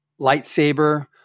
lightsaber